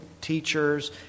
teachers